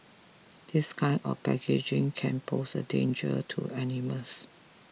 this kind of packaging can pose a danger to animals